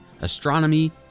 astronomy